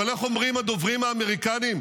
אבל איך אומרים הדוברים האמריקנים,